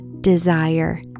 desire